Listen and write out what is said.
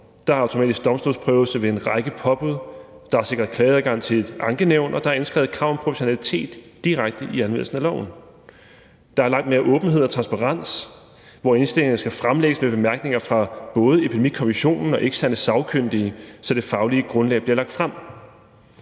Der er automatisk domstolsprøvelse ved en række påbud, der er sikret klageadgang til et ankenævn, og der er indskrevet krav om proportionalitet direkte i anvendelsen af loven. Der er langt mere åbenhed og transparens, hvor indstillinger skal fremlægges ved bemærkninger fra både Epidemikommissionen og eksterne sagkyndige, så det faglige grundlag bliver lagt frem.